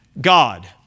God